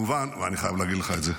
וכמובן, ואני חייב להגיד לך את זה,